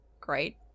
great